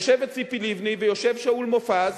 יושבת ציפי לבני ויושב שאול מופז,